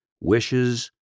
wishes